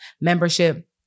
membership